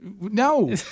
No